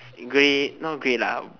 grey not grey lah